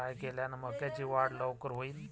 काय केल्यान मक्याची वाढ लवकर होईन?